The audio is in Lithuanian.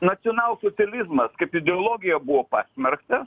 nacionalsocializmas kaip ideologija buvo pasmerktas